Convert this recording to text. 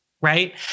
right